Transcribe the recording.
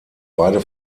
beide